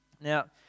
Now